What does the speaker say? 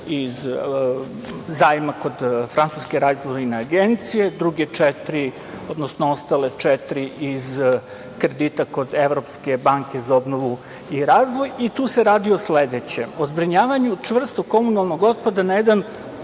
iz zajma kod Francuske razvojne agencije. Druge četiri iz kredita kod Evropske banke za obnovu i razvoj. Tu se radi o sledećem. O zbrinjavanju čvrstog komunalnog otpada na jedan